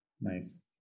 nice